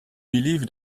believe